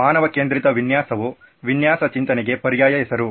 ಮಾನವ ಕೇಂದ್ರಿತ ವಿನ್ಯಾಸವು ವಿನ್ಯಾಸ ಚಿಂತನೆಗೆ ಪರ್ಯಾಯ ಹೆಸರು